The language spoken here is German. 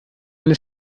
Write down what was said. eine